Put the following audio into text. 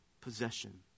possession